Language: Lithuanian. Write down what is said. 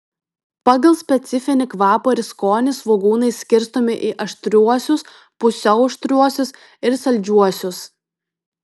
pagal specifinį kvapą ir skonį svogūnai skirstomi į aštriuosius pusiau aštriuosius ir saldžiuosius